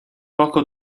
poco